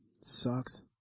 Sucks